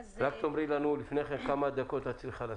רק תאמרי לנו קודם: כמה זמן תצטרכי לסקירה?